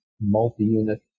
multi-unit